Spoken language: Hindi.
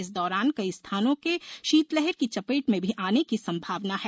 इस दौरान कई स्थानों के शीतलहर की चपेट में भी आने की संभावना है